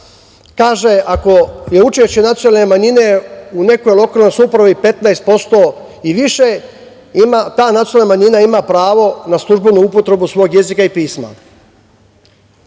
kaže: "Ako je učešće nacionalne manjine u nekoj lokalnoj samoupravi 15% i više, ta nacionalna manjina ima pravo na službenu upotrebu svog jezika i pisma".